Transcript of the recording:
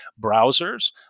browsers